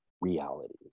reality